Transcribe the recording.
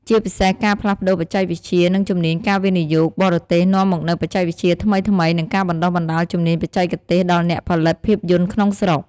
ជាពិសេសការផ្លាស់ប្តូរបច្ចេកវិទ្យា និងជំនាញការវិនិយោគបរទេសនាំមកនូវបច្ចេកវិទ្យាថ្មីៗ និងការបណ្តុះបណ្តាលជំនាញបច្ចេកទេសដល់អ្នកផលិតភាពយន្តក្នុងស្រុក។